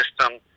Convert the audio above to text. system